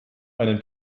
einen